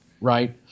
right